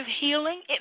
healing